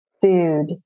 food